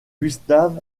gustav